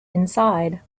inside